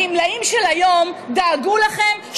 הגמלאים של היום דאגו לכם,